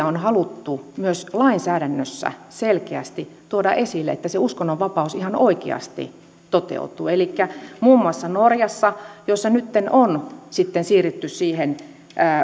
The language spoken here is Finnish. on haluttu myös lainsäädännössä selkeästi tuoda esille että se uskonnonvapaus ihan oikeasti toteutuu elikkä muun muassa norjassa on nyt sitten siirrytty siihen